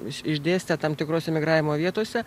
iš išdėstę tam tikrose migravimo vietose